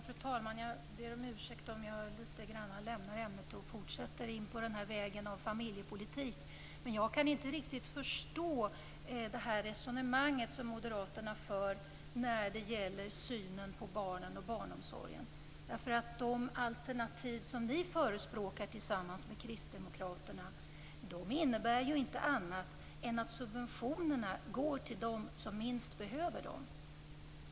Fru talman! Jag ber om ursäkt om jag lämnar ämnet lite grann och fortsätter in på vägen om familjepolitik. Jag kan inte riktigt förstå det resonemang som Moderaterna för när det gäller synen på barnen och barnomsorgen. De alternativ som ni förespråkar tillsammans med Kristdemokraterna innebär ju inget annat än att subventionerna går till dem som minst behöver dem.